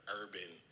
urban